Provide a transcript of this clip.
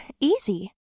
easy